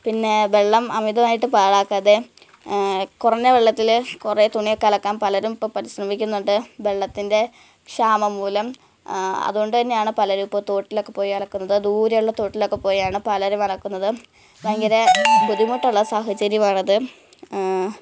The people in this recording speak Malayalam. പിന്നെ വെള്ളം അമിതമായിട്ട് പാഴാക്കാതെ കുറഞ്ഞ വെള്ളത്തിൽ കുറേ തുണിയൊക്കെ അലക്കാന് പലരും ഇപ്പോൾ പരിശ്രമിക്കുന്നുണ്ട് വെള്ളത്തിന്റെ ക്ഷാമം മൂലം അതുകൊണ്ട് തന്നെയാണ് പലരും ഇപ്പോൾ തോട്ടിലൊക്കെ പോയി അലക്കുന്നത് ദൂരെയുള്ള തോട്ടിലൊക്കെ പോയാണ് പലരും അലക്കുന്നത് ഭയങ്കര ബുദ്ധിമുട്ടുള്ള സാഹചര്യമാണത്